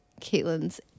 caitlin's